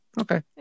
Okay